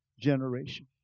generation